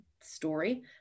story